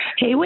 Hey